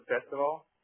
festival